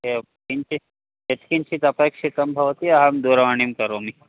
एवं किञ्चित् यत्किञ्चित् अपेक्षितं भवति अहं दूरवाणीं करोमि